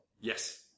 Yes